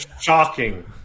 Shocking